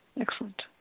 Excellent